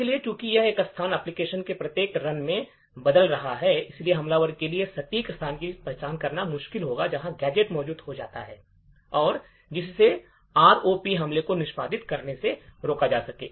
इसलिए चूंकि यह स्थान एप्लिकेशन के प्रत्येक रन में बदल रहा है इसलिए हमलावर के लिए सटीक स्थान की पहचान करना मुश्किल होगा जहां गैजेट मौजूद होने जा रहे हैं जिससे आरओपी हमलों को निष्पादित करने से रोका जा सके